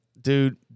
Dude